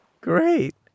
Great